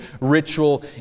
ritual